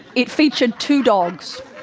it featured two dogs.